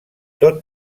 tot